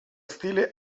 stile